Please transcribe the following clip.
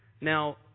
Now